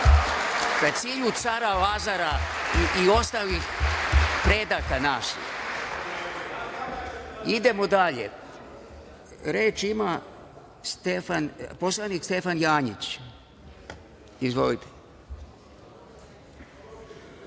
ka cilju Cara Lazara i ostalih predaka naših. Idemo dalje. Reč ima poslanik Stefan Janjić. Izvolite.